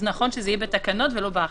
נכון שזה יהיה בתקנות ולא בהכרזה.